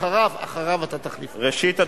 ראשית,